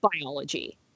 biology